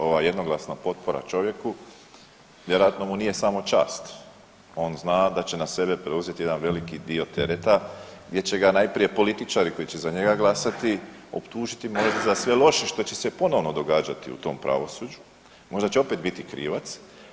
Ova jednoglasna potpora čovjeku, vjerojatno mu nije samo čast, on zna da će na sebe preuzeti jedan veliki dio tereta gdje će ga najprije političari koji će za njega glasati optužiti možda za sve loše što će se ponovno događati u tom pravosuđu, možda će opet biti krivac.